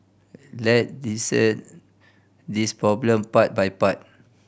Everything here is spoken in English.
let's dissect this problem part by part